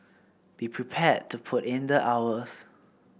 be prepared to put in the hours